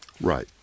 Right